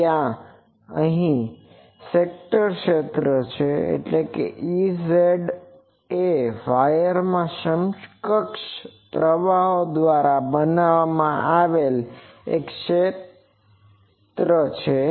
ત્યાં એક સ્કેટરડ ક્ષેત્ર છે તો Ez એ વાયરમાં સમકક્ષ પ્રવાહો દ્વારા બનાવેલ એક સ્કેટરડ ક્ષેત્ર છે